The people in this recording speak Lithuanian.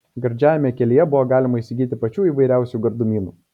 gardžiajame kelyje buvo galima įsigyti pačių įvairiausių gardumynų